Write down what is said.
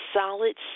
solid